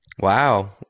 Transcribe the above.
Wow